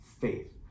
faith